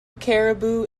caribous